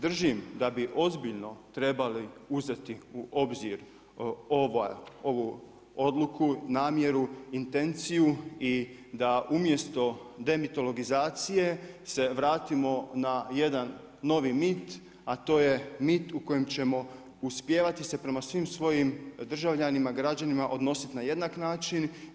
Držim da bi ozbiljno trebali uzeti u obzir ovu odluku, namjeru, intenciju i da umjesto demitologizacije se vratimo na jedan novi mit, a to je mit u kojem ćemo uspijevati se prema svim svojim državljanima, građanima odnositi na jednak način.